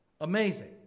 Amazing